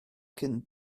cyn